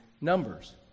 Numbers